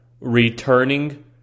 returning